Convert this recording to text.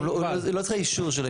היא לא צריכה אישור שלו,